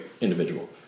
individual